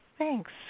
thanks